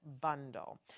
bundle